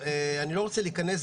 אני לא רוצה להיכנס לזה.